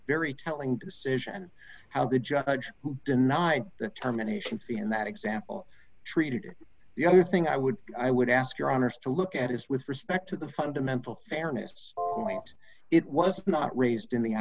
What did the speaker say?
very telling decision how the judge who denied that terminations in that example treated the other thing i would i would ask your honour's to look at is with respect to the fundamental fairness point it was not raised in the